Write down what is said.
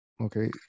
Okay